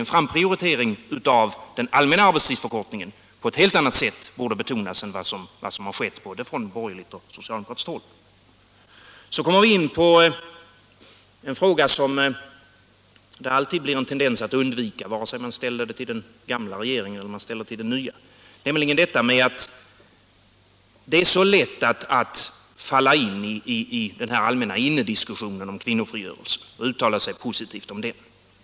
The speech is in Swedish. En prioritering av den allmänna arbetstidsförkortningen borde betonas på ett helt annat sätt än vad som skett, både från borgerligt och socialdemokratiskt håll, Sedan kommer vi in på en fråga som det alltid blir en tendens att undvika, vare sig man ställer den till den gamla regeringen eller till den nya. Det är så lätt att falla in i den här allmänna innediskussionen om kvinnofrigörelsen och att uttala sig positivt om den.